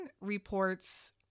reports